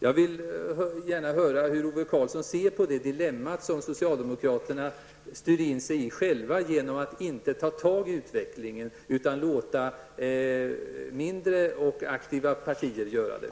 Jag vill gärna hör hur Ove Karlsson ser på det dilemma som socialdemokraterna styr in sig själva igenom att inte ta tag i utvecklingen utan låta mindre och aktiva partier göra det.